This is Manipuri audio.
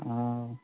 ꯑꯧ